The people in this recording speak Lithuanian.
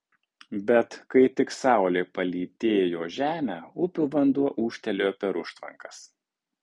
bet kai tik saulė palytėjo žemę upių vanduo ūžtelėjo per užtvankas